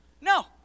No